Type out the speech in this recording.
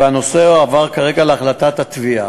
והנושא הועבר כרגע להחלטת התביעה.